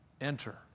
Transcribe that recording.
enter